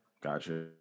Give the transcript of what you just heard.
Gotcha